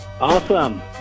Awesome